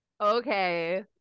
Okay